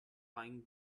flying